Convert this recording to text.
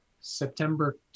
September